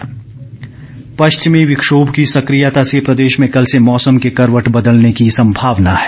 मौसम पश्चिमी विक्षोभ की सक्रियता से प्रदेश में कल से मौसम के करवट बदलने की संभावना है